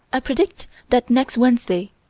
i predict that next wednesday,